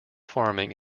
farming